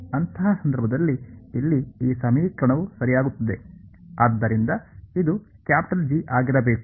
ಅಂತಹ ಸಂದರ್ಭದಲ್ಲಿ ಇಲ್ಲಿ ಈ ಸಮೀಕರಣವು ಸರಿಯಾಗುತ್ತದೆ ಆದ್ದರಿಂದ ಇದು ಕ್ಯಾಪಿಟಲ್ G ಆಗಿರಬೇಕು